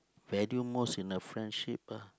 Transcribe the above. value most in a friendship ah